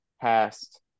past